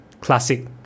classic